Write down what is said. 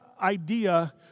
idea